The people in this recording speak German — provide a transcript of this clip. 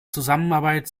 zusammenarbeit